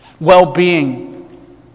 Well-being